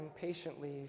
patiently